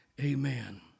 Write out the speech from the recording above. Amen